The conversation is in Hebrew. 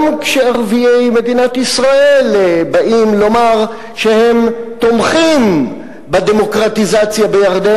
גם כשערביי מדינת ישראל באים לומר שהם תומכים בדמוקרטיזציה בירדן,